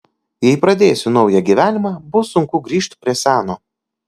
jei pradėsiu naują gyvenimą bus sunku grįžt prie seno